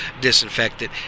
disinfected